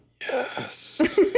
Yes